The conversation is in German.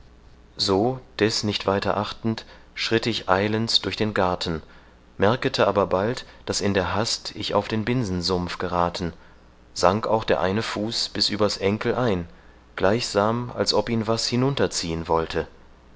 so deß nicht weiter achtend schritt ich eilends durch den garten merkete aber bald daß in der hast ich auf den binsensumpf gerathen sank auch der eine fuß bis übers änkel ein gleichsam als ob ihn was hinunterziehen wollte